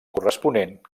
corresponent